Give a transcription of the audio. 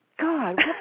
God